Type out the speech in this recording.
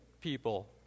People